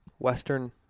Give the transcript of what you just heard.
Western